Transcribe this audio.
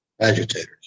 agitators